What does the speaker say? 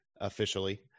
officially